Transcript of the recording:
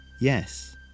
Yes